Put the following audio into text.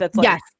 Yes